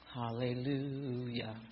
hallelujah